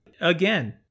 again